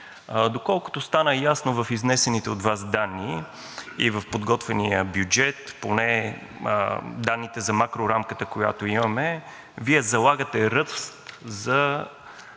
Доколкото стана ясно в изнесените от Вас данни и в подготвения бюджет, поне данните за макрорамката, която имаме, Вие залагате ръст за